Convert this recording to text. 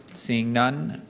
seeing none,